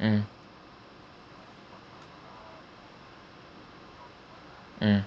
mm mm